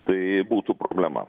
tai būtų problema